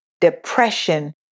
depression